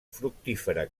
fructífera